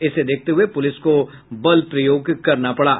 इसे देखते हुए पुलिस को बल प्रयोग करना पड़ा